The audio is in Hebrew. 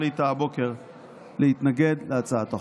החליטה הבוקר להתנגד להצעת החוק.